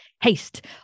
haste